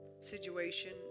situation